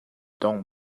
tong